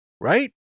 Right